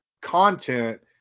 content